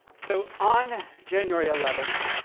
so on january eleven,